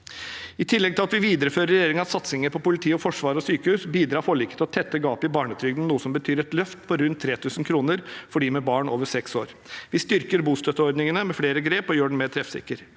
I tillegg til at vi viderefører regjeringens satsinger på politi, forsvar og sykehus, bidrar forliket til å tette gapet i barnetrygden, noe som betyr et løft på rundt 3 000 kr for dem med barn over seks år. Vi styrker bostøtteordningen med flere grep og gjør den mer treffsikker.